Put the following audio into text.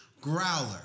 Growler